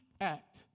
act